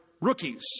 rookies